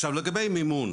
עכשיו לגבי מימון,